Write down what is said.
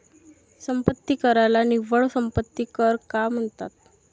संपत्ती कराला निव्वळ संपत्ती कर का म्हणतात?